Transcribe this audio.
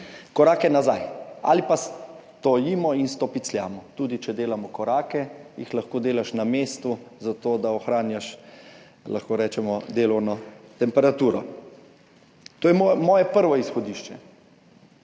korake nazaj. Ali pa stojimo in stopicljamo. Tudi če delamo korake, jih lahko delaš na mestu, zato, da ohranjaš, lahko rečemo, delovno temperaturo. To je moje prvo izhodišče,